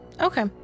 Okay